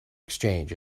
exchange